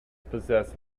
possess